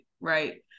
Right